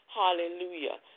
hallelujah